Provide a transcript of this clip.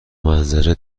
منظره